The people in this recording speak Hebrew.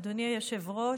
אדוני היושב-ראש,